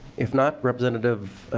if not representative